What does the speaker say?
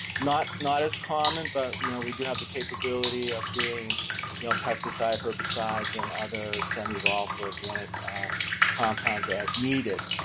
not not as common, but you know we do have the capability of doing you know pesticides, herbicides and other semi volatile organic compounds as needed.